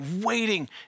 waiting